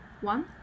One